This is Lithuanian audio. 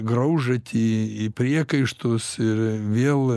graužatį į priekaištus ir vėl